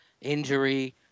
injury